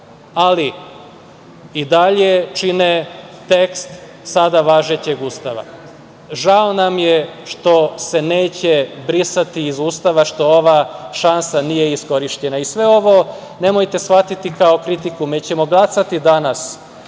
ali i dalje čine tekst sada važećeg Ustava. Žao nam je što se neće brisati iz Ustava, što ova šansa nije iskorišćena. Sve ovo nemojte shvatiti kao kritiku. Mi ćemo glasati danas